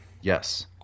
Yes